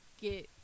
get